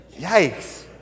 Yikes